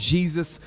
Jesus